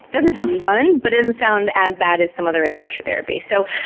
doesn't sound fun, but doesn't sound as bad as some other exposure therapy. so,